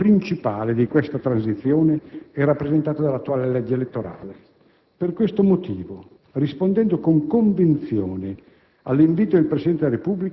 Ebbene, uno dei nodi principali di questa transizione è rappresentato dall'attuale legge elettorale. Per questo motivo, rispondendo con convinzione